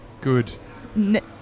Good